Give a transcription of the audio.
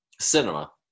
Cinema